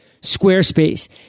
Squarespace